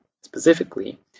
specifically